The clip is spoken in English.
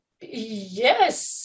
Yes